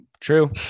True